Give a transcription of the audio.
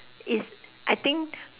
is I think